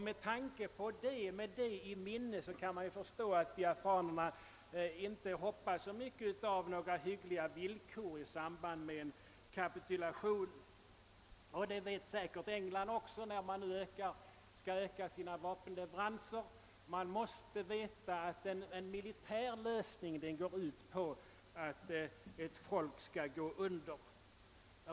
Med detta i minnet kan man förstå att biafranerna inte hoppas att kunna nå särskilt hyggliga villkor vid en kapitulation. Detta vet säkert också England, när man där nu skall öka sina vapenleveranser. Man måste veta att en militär lösning innebär att ett folk kommer att gå under.